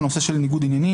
זה הנושא של ניגוד עניינים.